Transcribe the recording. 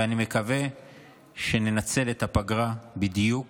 ואני מקווה שננצל את הפגרה בדיוק